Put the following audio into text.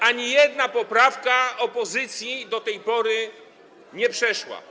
Ani jedna poprawka opozycji do tej pory nie przeszła.